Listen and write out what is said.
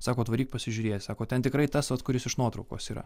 sako atvaryk pasižiūrėsi sako ten tikrai tas vat kuris iš nuotraukos yra